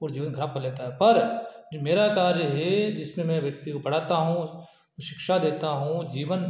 और जीवन खराब कर लेता है पर जो मेरा कार्य है जिसमें मैं व्यक्ति को पढ़ाता हूँ शिक्षा देता हूँ जीवन